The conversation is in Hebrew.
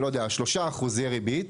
3% ריבית,